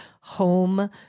home